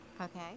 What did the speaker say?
Okay